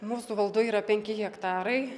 mūsų valdų yra penki hektarai